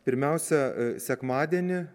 pirmiausia sekmadienį